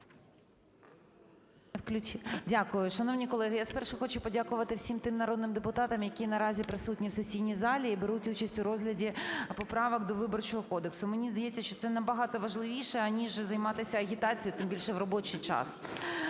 Дякую. Шановні колеги, я спершу хочу подякувати всім тим народним депутатам, які наразі присутні в сесійній залі і беруть участь у розгляді поправок до Виборчого кодексу. Мені здається, що це набагато важливіше, аніж займатися агітацією, тим більше в робочий час.